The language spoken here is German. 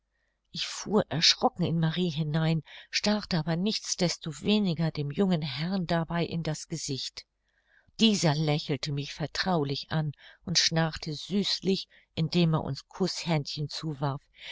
ich fuhr erschrocken in marie hinein starrte aber nichts desto weniger dem jungen herrn dabei in das gesicht dieser lächelte mich vertraulich an und schnarrte süßlich indem er uns kußhändchen zuwarf